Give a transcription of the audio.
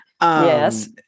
Yes